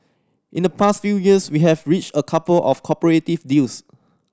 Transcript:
in the past few years we have reached a couple of cooperative deals